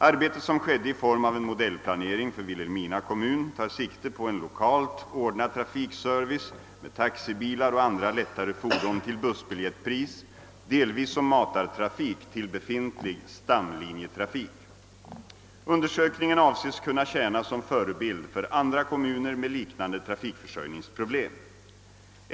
Arbetet, som skedde i form av en modellplanering för Vilhelmina kommun, tar sikte på en lokalt ordnad trafikservice med taxibilar och andra lättare fordon till bussbiljettpris, delvis som matartrafik till befintlig stamlinjetrafik. Undersökningen avses kunna tjäna som förebild för andra kommuner med liknande = trafikförsörjningsproblem.